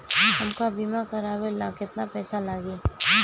हमका बीमा करावे ला केतना पईसा लागी?